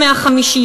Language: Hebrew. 150,